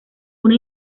una